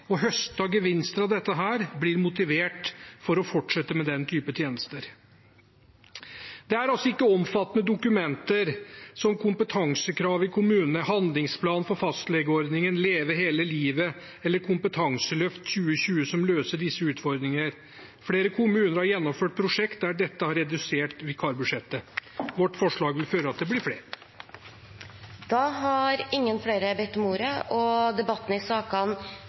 og høstet gevinster av dette, blir motivert til å fortsette med den type tjenester. Det er ikke omfattende dokumenter som kompetansekrav i kommunene, handlingsplan for fastlegeordningen, Leve hele livet eller Kompetanseløft 2020 som løser disse utfordringene. Flere kommuner har gjennomført prosjekter der de har redusert vikarbudsjettet. Vårt forslag vil føre til at det blir flere. Flere har ikke bedt om ordet til sakene nr. 15 og